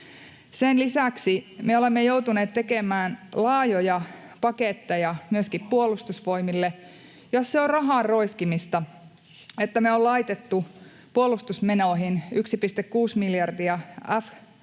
Sen lisäksi me olemme joutuneet tekemään laajoja paketteja myöskin Puolustusvoimille. Jos se on rahan roiskimista, että me olemme laittaneet puolustusmenoihin 1,6 miljardia, F-35-hävittäjiin